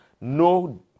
no